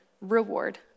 reward